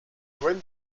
twin